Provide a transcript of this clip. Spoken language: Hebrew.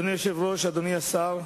אדוני היושב-ראש, אדוני השר,